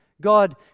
God